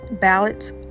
ballots